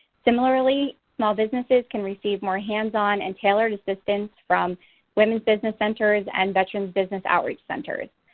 similarly, small businesses can receive more hands-on and tailored assistance from women's business centers and but you know business outreach centers.